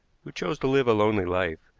who chose to live a lonely life,